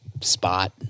Spot